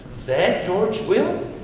that george will?